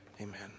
amen